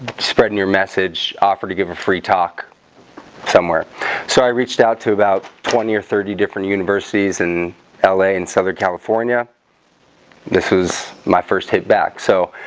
spreading your message offered to give a free talk somewhere so i reached out to about twenty or thirty different universities in um la in southern, california this was my first hit back so